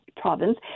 province